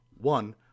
One